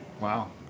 Wow